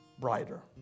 brighter